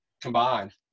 combined